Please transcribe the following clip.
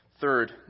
Third